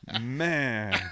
Man